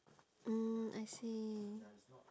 mm I see